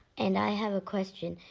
and i have a question.